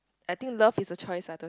I think love is a choice ah the